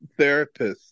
therapists